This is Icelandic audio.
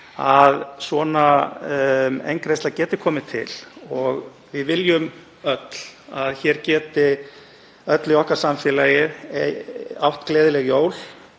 að svona eingreiðsla geti komið til og við viljum öll að hér geti öll í okkar samfélagi átt gleðileg jól,